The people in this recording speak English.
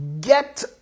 get